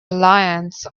lions